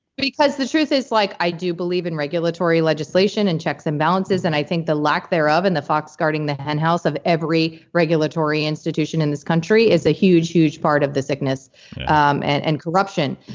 because the truth is like i do believe in regulatory legislation and checks and balances. and i think the lack thereof and the fox guarding the hen house of every regulatory institution in this country is a huge, huge part of the sickness um and and corruption.